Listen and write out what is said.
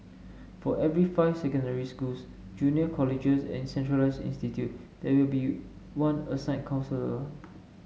for every five secondary schools junior colleges and centralised institute there will be one assigned counsellor